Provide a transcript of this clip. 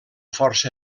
força